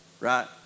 right